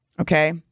Okay